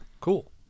Cool